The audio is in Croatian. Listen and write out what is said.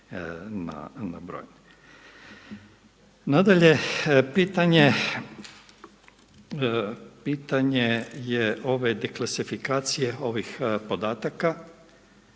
Nadalje, pitanje je ove de klasifikacije ovih podataka,